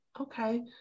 Okay